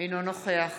אינו נוכח